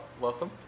welcome